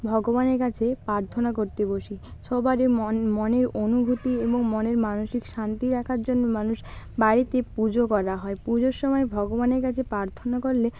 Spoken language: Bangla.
ভগবানের কাছে প্রার্থনা করতে বসি সবারই মন মনের অনুভূতি এবং মনের মানসিক শান্তি রাখার জন্য মানুষ বাড়িতে পুজো করা হয় পুজোর সময় ভগবানের কাছে প্রার্থনা করলে